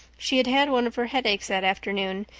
she had had one of her headaches that afternoon,